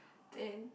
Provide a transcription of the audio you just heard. then